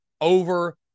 over